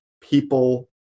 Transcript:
people